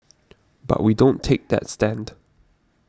but we don't take that stand